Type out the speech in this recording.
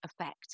effect